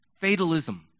Fatalism